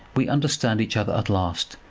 we understand each other at last,